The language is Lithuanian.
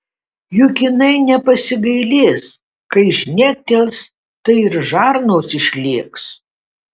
juk jinai nepasigailės kai žnektels tai ir žarnos išlėks